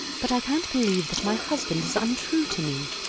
but i can't believe that my husband is untrue to me.